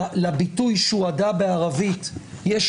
לביטוי שוהדא בערבית יש